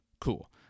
cool